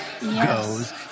goes